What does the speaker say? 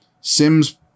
Sims